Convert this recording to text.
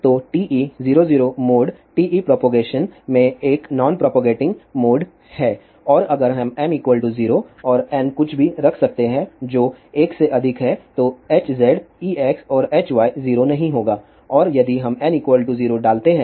तो TE00 mode TE propagation में एक नॉन प्रोपगेटिंग मोड है और अगर हम m 0 और n कुछ भी रख सकते हैं जो 1 से अधिक है तो Hz Ex और Hy 0 नहीं होगा और यदि हम n 0 डालते हैं